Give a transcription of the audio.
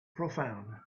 profound